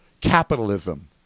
capitalism